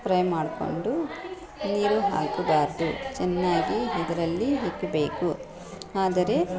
fry ಮಾಡಿಕೊಂಡು ನೀರು ಹಾಕಬಾರದು ಚೆನ್ನಾಗಿ ಇದರಲ್ಲಿ ಇಕ್ಬೇಕು ಆದರೆ